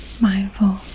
mindful